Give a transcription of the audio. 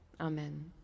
Amen